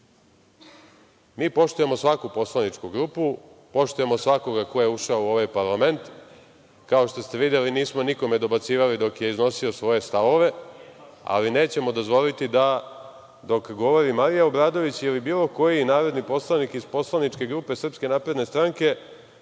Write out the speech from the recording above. Mi poštujemo svaku poslaničku grupu, poštujemo svakoga ko je ušao u ovaj parlament. Kao što ste videli nismo nikome dobacivali dok je iznosio svoje stavove, ali nećemo dozvoliti da dok govori Marija Obradović ili bilo koji narodni poslanik iz poslaničke grupe SNS da se neko